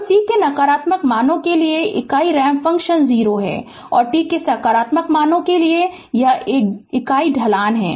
तो t के नकारात्मक मानो के लिए इकाई रैंप फ़ंक्शन इकाई 0 है और t के सकारात्मक मानो के लिए एक इकाई ढलान है